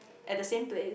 at the same place